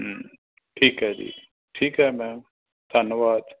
ਹਮ ਠੀਕ ਹੈ ਜੀ ਠੀਕ ਹੈ ਮੈਮ ਧੰਨਵਾਦ